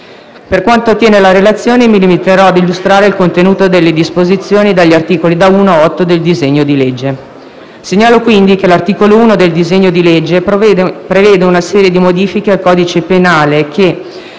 Per quanto riguarda la relazione mi limiterò ad illustrare il contenuto delle disposizioni degli articoli da 1 a 8 del disegno di legge.